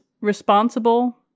responsible